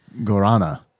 Gorana